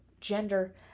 gender